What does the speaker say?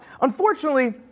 Unfortunately